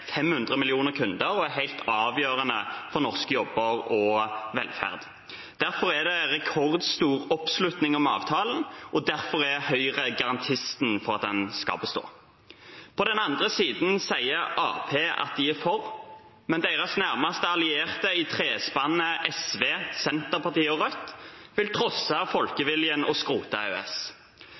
500 millioner kunder og er helt avgjørende for norske jobber og velferd. Derfor er det rekordstor oppslutning om avtalen, og derfor er Høyre garantisten for at den skal bestå. På den andre siden sier Arbeiderpartiet at de er for, men deres nærmeste allierte i trespannet SV, Senterpartiet og Rødt vil trosse folkeviljen og skrote EØS.